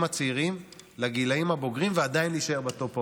הצעירים לגילים הבוגרים ועדיין להישאר בטופ העולמי,